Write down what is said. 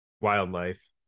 Wildlife